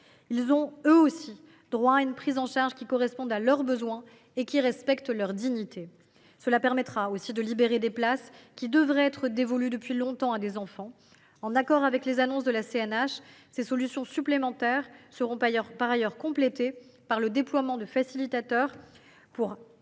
ont eux aussi droit à une prise en charge correspondant à leurs besoins et respectant leur dignité. Cela permettra de libérer des places qui devraient être dévolues depuis longtemps à des enfants. En accord avec les annonces de la CNH, ces solutions supplémentaires seront complétées par le déploiement de facilitateurs, pour